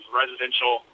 residential